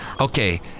Okay